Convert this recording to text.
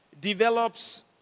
develops